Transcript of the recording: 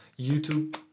YouTube